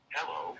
Hello